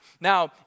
Now